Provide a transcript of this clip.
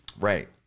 right